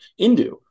Indu